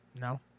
No